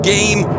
Game